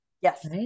Yes